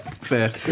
Fair